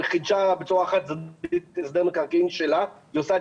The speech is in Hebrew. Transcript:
חידשה בצורה חד צדדית את הסדר המקרקעין שלה והיא עושה את